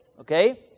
Okay